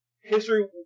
history